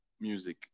music